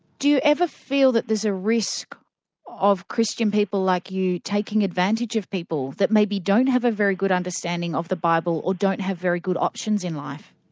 do you ever feel that there's a risk of christian people like you taking advantage of people that maybe don't have a very good understanding of the bible or don't have very good options in life?